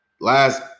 Last